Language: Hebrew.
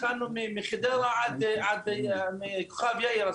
התחלנו מחדרה עד כוכב יאיר.